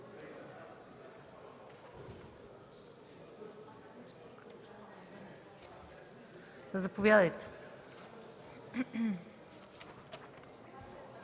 Заповядайте,